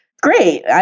great